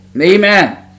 amen